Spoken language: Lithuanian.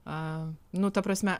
a nu ta prasme